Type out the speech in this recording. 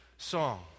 song